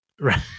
Right